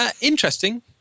interesting